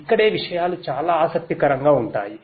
ఇక్కడే విషయాలు చాలా ఆసక్తికరంగా ఉంటాయి